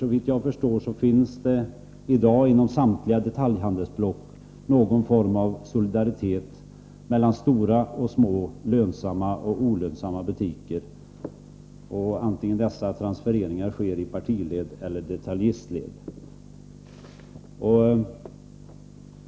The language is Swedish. Såvitt jag förstår finns det i dag inom samtliga detaljhandelsblock någon form av solidaritet mellan stora och små, lönsamma och olönsamma butiker, oavsett om dessa transfereringar sker i partiledet eller i detaljistledet.